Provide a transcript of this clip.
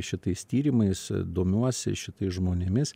šitais tyrimais domiuosi šitais žmonėmis